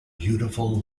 beautiful